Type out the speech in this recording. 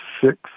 six